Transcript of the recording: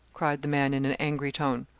cried the man in an angry tone.